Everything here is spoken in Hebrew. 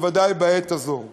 בוודאי בעת הזו.